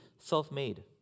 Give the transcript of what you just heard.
self-made